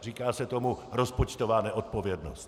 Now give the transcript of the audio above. Říká se tomu rozpočtová neodpovědnost.